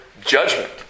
judgment